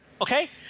Okay